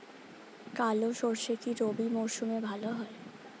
কালো সরষে কি রবি মরশুমে ভালো হয়?